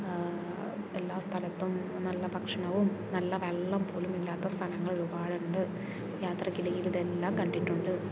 എല്ലാ സ്ഥലത്തും നല്ല ഭക്ഷണവും നല്ല വെള്ളം പോലും ഇല്ലാത്ത സ്ഥലങ്ങൾ ഒരുപാടുണ്ട് യാത്രയ്ക്കിടയിൽ ഇതെല്ലാം കണ്ടിട്ടുണ്ട്